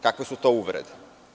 Kakve su to uvrede?